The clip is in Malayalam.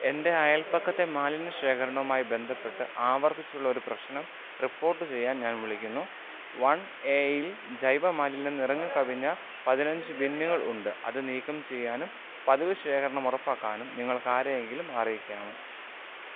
എൻ്റെ അയൽപക്കത്തെ മാലിന്യ ശേഖരണവുമായി ബന്ധപ്പെട്ട് ആവർത്തിച്ചുള്ള ഒരു പ്രശ്നം റിപ്പോർട്ട് ചെയ്യാൻ ഞാൻ വിളിക്കുന്നു വൺ എയിൽ ജൈവ മാലിന്യം നിറഞ്ഞ് കവിഞ്ഞ പതിനഞ്ച് ബിന്നുകൾ ഉണ്ട് അത് നീക്കം ചെയ്യാനും പതിവ് ശേഖരണം ഉറപ്പാക്കാനും നിങ്ങൾക്കാരെയെങ്കിലും അറിയിക്കാമോ